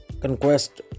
conquest